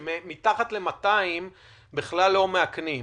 שמתחת ל-200 בכלל לא מאכנים.